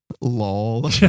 lol